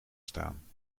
staan